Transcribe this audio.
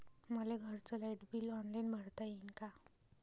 मले घरचं light bill online भरता येईन का?